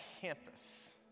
campus